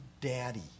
Daddy